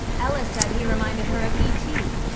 ella said he reminded her of e t.